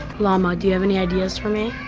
llama do you have any ideas for me?